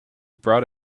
brought